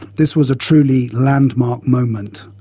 this was a truly landmark moment.